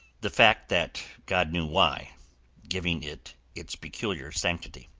the fact that god knew why giving it its peculiar sanctity.